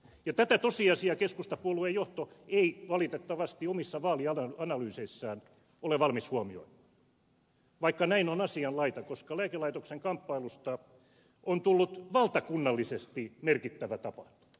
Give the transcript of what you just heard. ja tätä tosiasiaa keskustapuolueen johto ei valitettavasti omissa vaalianalyyseissaan ole valmis huomioimaan vaikka näin on asianlaita koska lääkelaitoksen kamppailusta on tullut valtakunnallisesti merkittävä tapahtuma